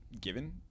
given